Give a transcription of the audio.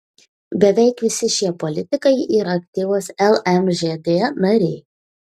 beveik visi šie politikai yra aktyvūs lmžd nariai